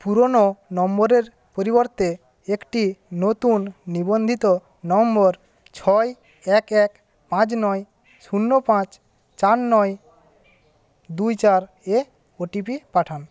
পুরোনো নম্বরের পরিবর্তে একটি নতুন নিবন্ধিত নম্বর ছয় এক এক পাঁচ নয় শূন্য পাঁচ চার নয় দুই চার এ ওটিপি পাঠান